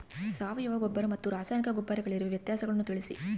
ಸಾವಯವ ಗೊಬ್ಬರ ಮತ್ತು ರಾಸಾಯನಿಕ ಗೊಬ್ಬರಗಳಿಗಿರುವ ವ್ಯತ್ಯಾಸಗಳನ್ನು ತಿಳಿಸಿ?